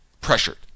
pressured